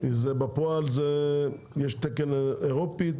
בפועל יש תקן אירופי,